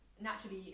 naturally